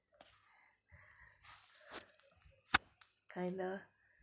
kind of